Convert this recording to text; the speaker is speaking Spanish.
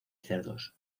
cerdos